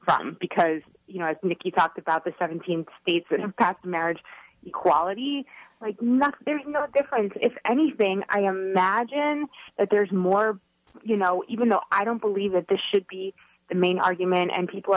from because nick you talked about the seventeen states that have passed marriage equality like not there's no difference if anything i am magine that there's more you know even though i don't believe that this should be the main argument and people